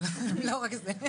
אבל לא רק זה.